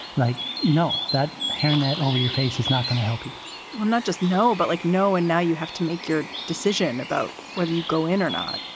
like, no, that hairnet over your face is not going to help you well, not just no, but like no. and now you have to make your decision about whether you go in or not.